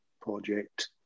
project